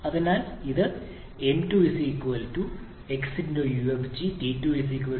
അതിനാൽ ഇത് നീതിയായി മാറും 𝑚𝑥2𝑢𝑓𝑔 | 𝑇2 0